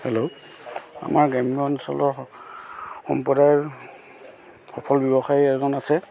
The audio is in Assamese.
হেল্ল' আমাৰ গ্ৰাম্য অঞ্চলৰ সম্প্ৰদায়ৰ সফল ব্যৱসায়ী এজন আছে